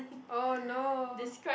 oh no